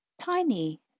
tiny